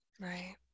right